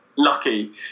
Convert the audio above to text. Lucky